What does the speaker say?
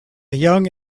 young